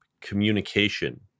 communication